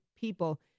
people